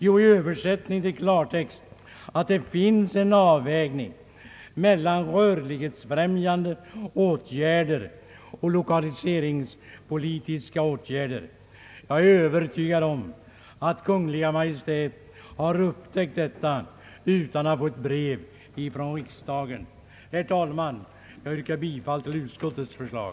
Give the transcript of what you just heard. Jo, i översättning till klartext att det finns en avvägning mellan rörlighetsfrämjande och lokaliseringspolitiska åtgärder. Jag är övertygad om att Kungl. Maj:t har upptäckt detta utan att få brev från riksdagen. Herr talman! Jag yrkar bifall till utskottets förslag.